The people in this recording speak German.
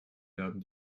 werden